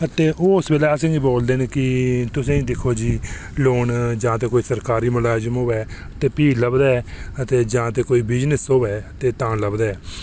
अते ओह् उस बेल्लै असेंगी बोलदे न जी तुसें ई दिक्खो जी लोन जां ते कोई सरकारी मलाजम होऐ ते भी लभदा ऐ अते जां ते कोई विजनस होऐ ते तां लभदा ऐ